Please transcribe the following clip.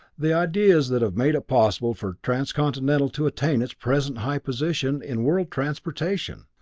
the ideas that have made it possible for transcontinental to attain its present high position in world transportation.